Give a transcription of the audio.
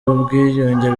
ubwiyunge